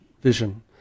Vision